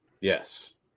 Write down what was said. yes